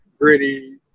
gritty